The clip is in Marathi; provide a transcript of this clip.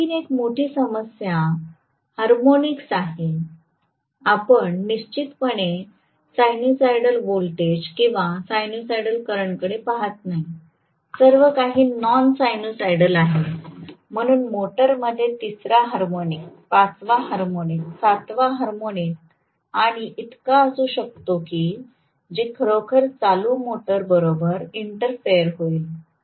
आणखी एक मोठी समस्या हार्मोनिक्स आहे आपण निश्चितपणे साइनसॉइडल व्होल्टेज किंवा साइनसॉइडल करंटकडे पहात नाही सर्व काही नॉन सायनुसॉइडल आहे म्हणून मोटरमध्ये तिसरा हार्मोनिक पाचवा हार्मोनिक सातवा हार्मोनिक आणि इतका असू शकतो की जे खरोखर चालू मोटर बरोबर इंटरफेर होईल